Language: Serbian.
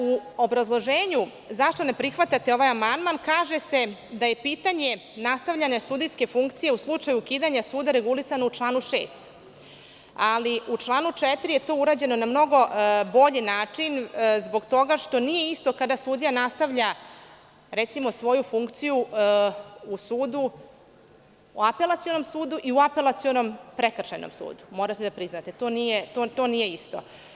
U obrazloženju zašto ne prihvatate ovaj amandman kaže se – da je pitanje nastavljanja sudijske funkcije u slučaju ukidanja suda regulisano u članu 6. Ali, u članu 4. je to urađeno na mnogo bolji način zbog toga što nije isto kada sudija nastavlja, recimo, svoju funkciju u apelacionom sudu i u apelacionom prekršajno sudu, morate da priznate, to nije isto.